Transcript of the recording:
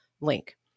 link